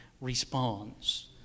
responds